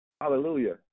hallelujah